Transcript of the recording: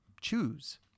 choose